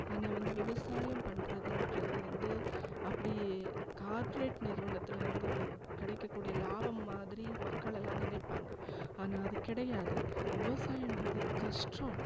ஆனால் வந்து விவசாயம் பண்ணுறதுன்றது வந்து அப்படியே கார்ப்ரேட் நிறுவனத்தில் வந்து கிடைக்கக்கூடிய லாபம்மாதிரி மக்களெல்லாம் நினைப்பாங்க ஆனால் அது கிடையாது விவசாயங்றது கஷ்டம்